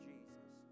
Jesus